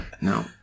No